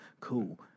Cool